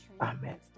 Amen